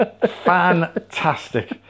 Fantastic